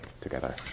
together